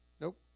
Nope